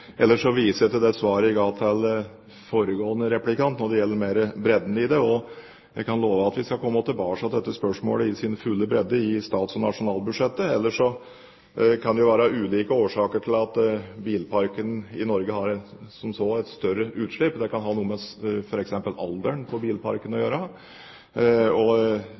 Ellers viser jeg til det svaret jeg ga til foregående replikant når det gjelder mer bredden i det. Jeg kan love at vi skal komme tilbake til dette spørsmålet i sin fulle bredde i statsbudsjettet og nasjonalbudsjettet. Det kan være ulike årsaker til at bilparken i Norge har et større utslipp. Det kan f.eks. ha noe med alderen på bilparken å gjøre.